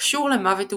קשור למוות ומיניות.